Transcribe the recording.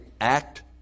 act